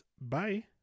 Bye